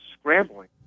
scrambling